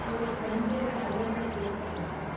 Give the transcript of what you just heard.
ಇವತ್ತು ಸಂಜೆ ಆರು ಗಂಟೆಗೆ ಸಿಗಕ್ಕಾಗತ್ತಾ